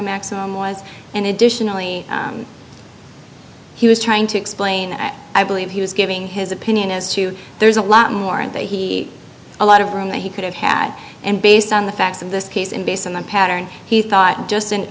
maximum was and additionally he was trying to explain i believe he was giving his opinion as to there's a lot more and that he a lot of room that he could have had and based on the facts of this case and based on the pattern he thought just in